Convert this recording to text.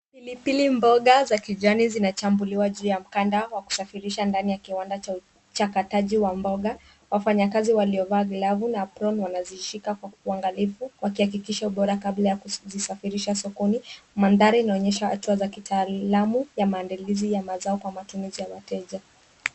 Pilipili mboga za kijani zinachambuliwa juu ya mkanda wa kusafirisha ndani ya kiwanda cha ukataji wa mboga. Wafanyakazi waliovaa glavu na aproni wanazishika kwa uangalivu wakihakikisha ubora kabla ya kuzisafirisha sokoni. Mandhari inaonyesha hatua za kitaalamu ya maandalizi ya mazao kwa matumizi ya wateja.